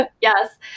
Yes